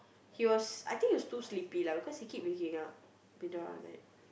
he was I think he was too sleepy lah because he keep waking up middle of the night